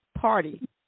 Party